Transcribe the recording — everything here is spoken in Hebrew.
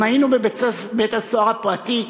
אם היינו בבית-הסוהר הפרטי,